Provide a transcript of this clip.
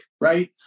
right